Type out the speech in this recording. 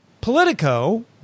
Politico